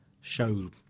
show